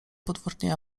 potwornie